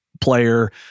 player